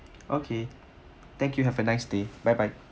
okay thank you have a nice day bye bye